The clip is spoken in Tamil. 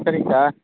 சரிங்க சார்